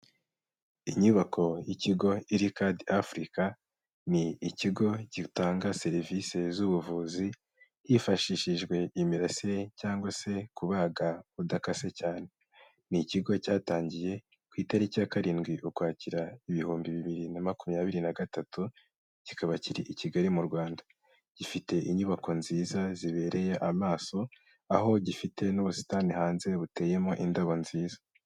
Inyubako y'ikigo Ircard Africa, ni ikigo gitanga serivise z'ubuvuzi hifashishijwe imirasire cyangwa se kubaga udakase cyane, ni ikigo cyatangiye ku itariki ya karindwi, ukwakira, ibihumbi bibiri na makumyabiri na gatatu, kikaba kiri i Kigali mu Rwanda, gifite inyubako nziza zibereye amaso, aho gifite n'ubusitani hanze buteyemo indabo nziza.